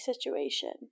situation